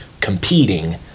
competing